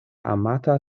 amata